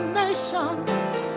nations